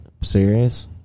serious